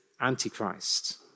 Antichrist